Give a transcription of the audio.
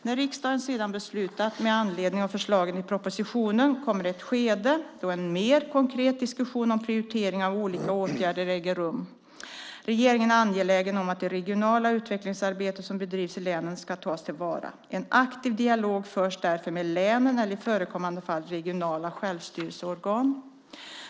När riksdagen sedan beslutat med anledning av förslagen i propositionen kommer ett skede då en mer konkret diskussion om prioriteringar av olika åtgärder äger rum. Regeringen är angelägen om att det regionala utvecklingsarbete som bedrivs i länen ska tas till vara. En aktiv dialog förs därför med länen eller i förekommande fall regionala självstyrelseorgan.